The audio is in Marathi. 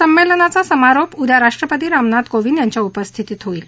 संमेलनाचा समारोप उद्या राष्ट्रपती रामनाथ कोविंद यांच्या उपस्थितीत होईल